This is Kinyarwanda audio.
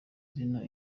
izina